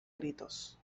gritos